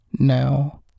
now